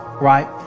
right